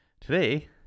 Today